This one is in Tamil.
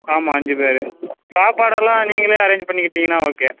ஆமாம் அஞ்சு பேர் சாப்பாடெல்லாம் நீங்களே அரேஞ்ச் பண்ணிக்கிட்டிங்கன்னா ஓகே